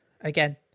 again